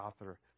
author